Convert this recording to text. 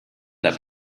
der